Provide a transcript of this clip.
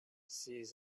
ses